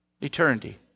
eternity